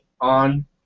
on